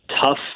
tough